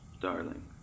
darling